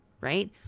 right